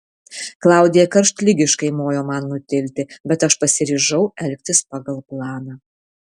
klaudija karštligiškai mojo man nutilti bet aš pasiryžau elgtis pagal planą